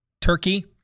Turkey